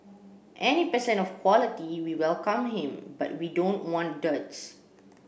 any person of quality we welcome him but we don't want duds